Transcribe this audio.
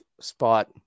spot